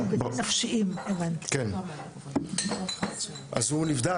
אז האדם נבדק,